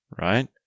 right